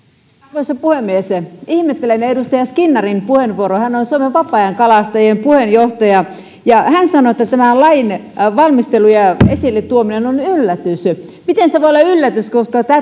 arvoisa puhemies ihmettelen edustaja skinnarin puheenvuoroa hän on suomen vapaa ajankalastajien puheenjohtaja ja hän sanoi että tämän lain valmistelu ja esille tuominen on yllätys miten se voi olla yllätys koska